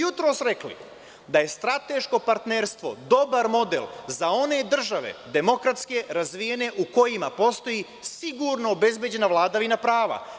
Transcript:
Jutros smo rekli da je strateško partnerstvo dobar model za one države, demokratske, razvijene u kojima postoji sigurno obezbeđena vladavina prava.